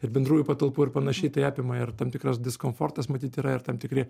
ir bendrųjų patalpų ir panašiai tai apima ir tam tikras diskomfortas matyt yra ir tam tikri